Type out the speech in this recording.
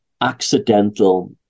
accidental